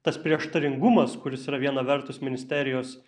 tas prieštaringumas kuris yra viena vertus ministerijos